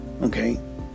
okay